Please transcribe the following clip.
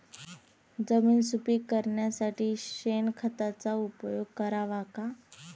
जमीन सुपीक करण्यासाठी शेणखताचा उपयोग करावा का?